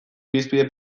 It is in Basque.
irizpide